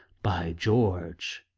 by george!